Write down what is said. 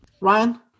Ryan